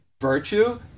Virtue